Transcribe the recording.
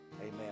amen